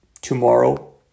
tomorrow